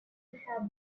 have